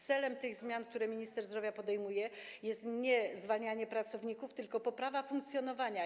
Celem tych zmian, które minister zdrowia podejmuje, jest nie zwalnianie pracowników, tylko poprawa funkcjonowania.